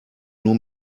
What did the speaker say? nur